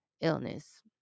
illness